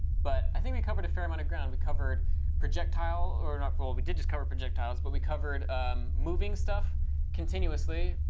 but i think we covered a fair amount of ground. we covered projectile or not, well, we did just cover projectiles. but we covered moving stuff continuously,